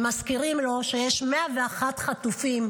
ומזכירים לו שיש 101 חטופים,